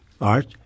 Art